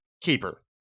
keeper